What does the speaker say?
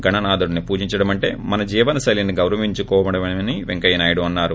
గణనాథుడిని పూజించడమంటే మన జీవనశైలిని గౌరవించుకోవడమేనని పెంకయ్యనాయుడు అన్సారు